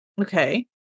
Okay